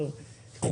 אדוני השר, קח